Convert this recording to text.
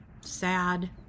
sad